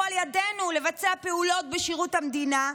על ידינו לבצע פעולות בשירות המדינה,